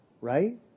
Right